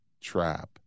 Trap